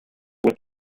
wits